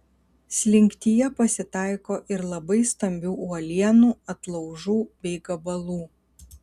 slinktyje pasitaiko ir labai stambių uolienų atlaužų bei gabalų